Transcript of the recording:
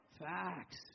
facts